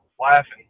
laughing